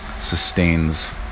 sustains